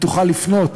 היא תוכל לפנות